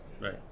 right